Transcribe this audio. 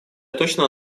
точно